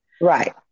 Right